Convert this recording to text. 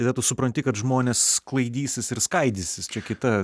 tada tu supranti kad žmonės sklaidysis ir skaidysis čia kita